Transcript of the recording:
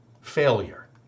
failure